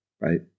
right